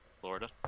Florida